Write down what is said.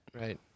Right